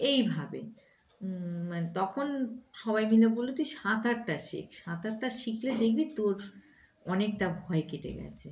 এইভাবে মানে তখন সবাই মিলে বললো তুই সাঁতারটা শিখ সাঁতারটা শিখলে দেখবি তোর অনেকটা ভয় কেটে গেছে